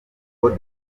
uku